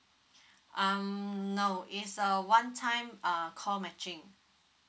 um no is a one time uh co matching